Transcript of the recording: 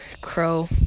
crow